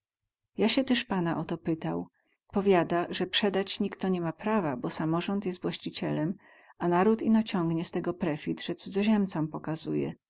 ja sie tyz pana o to pytał powiada ze przedać nikto ni ma prawa bo samorząd jest właścicielem a naród ino ciągnie z tęgo prefit ze cudzoziemcom pokazuje